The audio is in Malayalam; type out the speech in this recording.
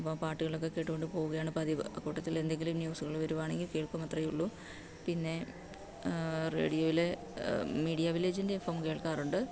അപ്പോള് പാട്ടുകളൊക്കെ കേട്ടുകൊണ്ട് പോവുകയാണ് പതിവ് അക്കൂട്ടത്തില് എന്തെങ്കിലും ന്യൂസുകള് വരുവാണെങ്കില് കേള്ക്കും അത്രേ ഉള്ളു പിന്നെ റേഡിയോയില് മീഡിയാ വില്ലേജിന്റെ എഫെം കേള്ക്കാറുണ്ട്